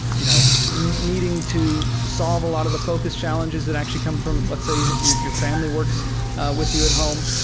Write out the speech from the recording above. you know needing to solve a lot of the focus challenges that actually come from let's say your your family works with you at home.